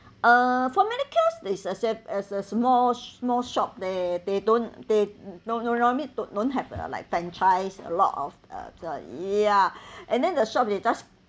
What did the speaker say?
uh for medicure they are just is a small small shop they they don't they no no I mean don't don't have uh like franchise a lot of uh the yeah and then the shop they just